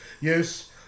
Yes